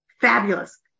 fabulous